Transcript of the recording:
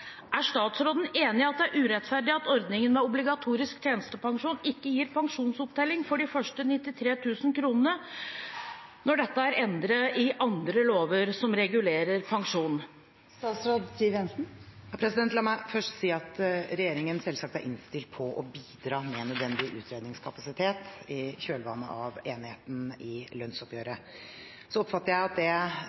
Er statsråden enig i at det er urettferdig at ordningen med obligatorisk tjenestepensjon ikke gir pensjonsopptjening for de første 93 000 kr, når dette er endret i andre lover som regulerer pensjonen? La meg først si at regjeringen selvsagt er innstilt på å bidra med nødvendig utredningskapasitet i kjølvannet av enigheten i lønnsoppgjøret. Jeg oppfatter det slik at det